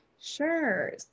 Sure